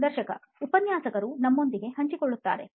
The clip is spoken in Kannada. ಸಂದರ್ಶಕ ಉಪನ್ಯಾಸಕರು ನಮ್ಮೊಂದಿಗೆ ಹಂಚಿಕೊಳ್ಳುತ್ತಾರೆ